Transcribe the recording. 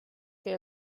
que